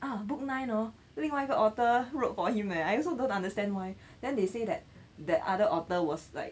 ah book nine hor 另外个 author wrote for him leh I also don't understand why then they say that that other author was like